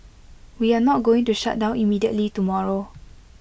we are not going to shut down immediately tomorrow